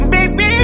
Baby